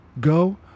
go